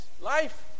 life